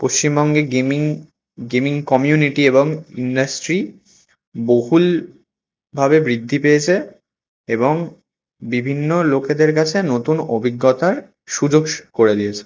পশ্চিমবঙ্গে gaming gaming community এবং industry বহুলভাবে বৃদ্ধি পেয়েছে এবং বিভিন্ন লোকেদের কাছে নতুন অভিজ্ঞতটার সুযোগ করে দিয়েছে